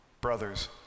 brothers